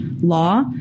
law